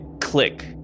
click